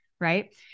right